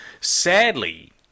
Sadly